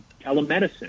telemedicine